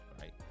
right